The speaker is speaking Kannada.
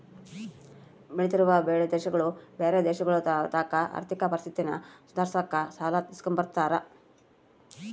ಬೆಳಿತಿರೋ ದೇಶಗುಳು ಬ್ಯಾರೆ ದೇಶಗುಳತಾಕ ಆರ್ಥಿಕ ಪರಿಸ್ಥಿತಿನ ಸುಧಾರ್ಸಾಕ ಸಾಲ ಇಸ್ಕಂಬ್ತಾರ